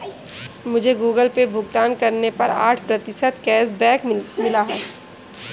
मुझे Google Pay भुगतान करने पर आठ प्रतिशत कैशबैक मिला है